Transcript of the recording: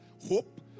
hope